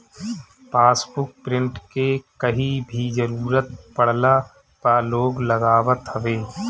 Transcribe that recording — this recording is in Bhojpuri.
पासबुक प्रिंट के कहीं भी जरुरत पड़ला पअ लोग लगावत हवे